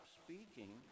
speaking